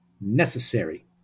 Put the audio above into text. necessary